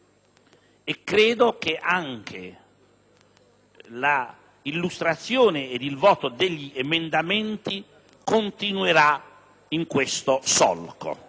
Credo che anche l'illustrazione ed il voto degli emendamenti continuerà in questo solco,